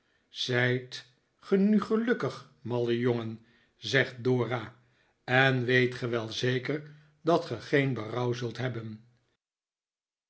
zijt ge nu gelukkig malle jongen zegt dora en weet ge wel zeker dat ge geen berouw zult hebben